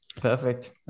Perfect